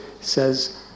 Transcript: says